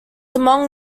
among